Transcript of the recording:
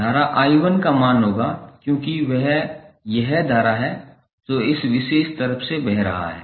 धारा I1 का मान होगा क्योंकि यह वह धारा है जो इस विशेष तरफ से बह रहा है